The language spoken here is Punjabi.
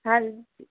ਹਾਂਜੀ